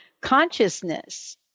consciousness